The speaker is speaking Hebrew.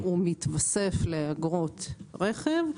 הוא מתווסף לאגרות רכב.